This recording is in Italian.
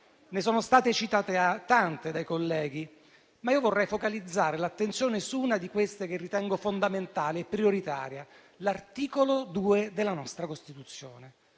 ne sono state citate a tante dai colleghi, ma io vorrei focalizzare l'attenzione su una di queste che ritengo fondamentale e prioritaria: l'articolo 2 della nostra Costituzione.